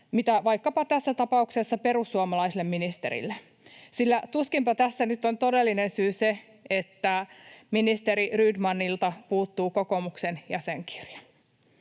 kuin tässä tapauksessa vaikkapa perussuomalaiselle ministerille, sillä tuskinpa tässä nyt on todellinen syy se, että ministeri Rydmanilta puuttuu kokoomuksen jäsenkirja?